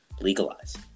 legalize